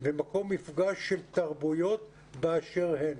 ומקום מפגש של תרבויות באשר הן.